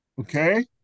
okay